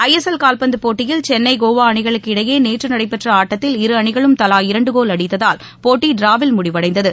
ISL கால்பந்தபோட்டியில் சென்னை கோவாஅணிகளுக்கு இடையேநேற்றநடைபெற்றஆட்டத்தில் இரு அணிகளும் தலா இரண்டுகோல் அடித்ததால் போட்டிட்ராவில் முடிவடைந்தது